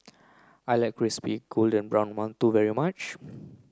I like Crispy Golden Brown Mantou very much